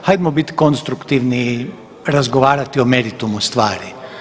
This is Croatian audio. Hajdemo biti konstruktivni i razgovarati o meritumu stvari.